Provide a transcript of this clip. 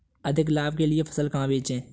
अधिक लाभ के लिए फसल कहाँ बेचें?